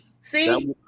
See